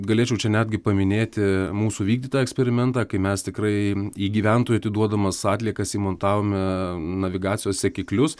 galėčiau čia netgi paminėti mūsų vykdytą eksperimentą kai mes tikrai į gyventojų atiduodamas atliekas įmontavome navigacijos sekiklius